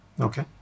Okay